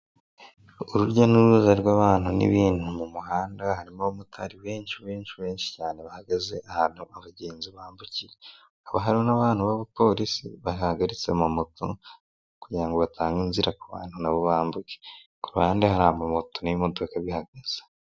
Urujya n'uruza rw'abantu n'ibintu mu muhanda harimo abamotari benshi benshi cyane bahagaze ahantu abagenzi bambukira n'abantu b'apolisi bahagaritse ama moto kugirango ngo batange inzira ku bantu bambuke kuruhande hari amamoto n'imodoka bihagaze.